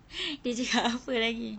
dia cakap apa lagi